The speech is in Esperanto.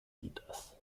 vidas